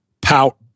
Pout